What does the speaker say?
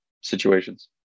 situations